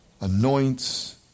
anoints